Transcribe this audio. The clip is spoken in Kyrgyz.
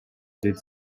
деди